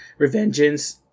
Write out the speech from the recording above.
Revengeance